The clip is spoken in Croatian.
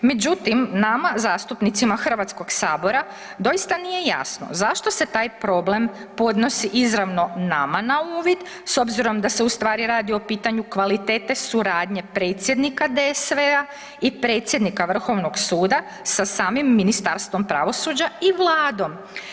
Međutim, nama zastupnicima Hrvatskog sabora doista nije jasno zašto se taj problem podnosi izravno nama na uvid, s obzirom da se u stvari radi o pitanju kvalitete suradnje predsjednika DSV-a i predsjednika Vrhovnog suda sa samim Ministarstvom pravosuđa i Vladom.